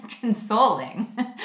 consoling